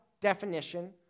definition